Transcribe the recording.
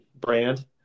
brand